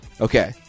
Okay